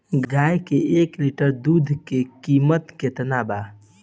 गाय के एक लिटर दूध के कीमत केतना बा?